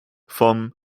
vom